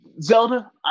Zelda